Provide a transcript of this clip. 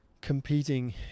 competing